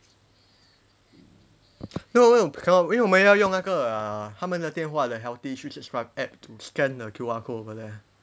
no no cannot 因为我们要用那个 uh 他们的电话的ta men de dian hua de healthy three six five app to scan the Q_R code over there